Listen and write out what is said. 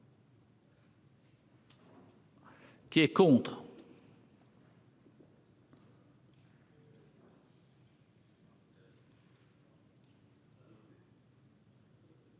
Qui est contre.